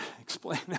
explain